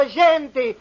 gente